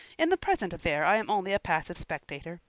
in the present affair i am only a passive spectator.